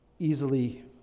Easily